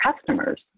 customers